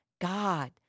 God